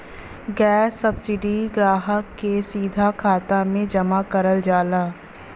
gas subsidy ग्राहक के सीधा खाते में जमा करल जाला